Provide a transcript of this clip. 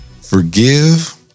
forgive